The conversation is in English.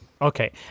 Okay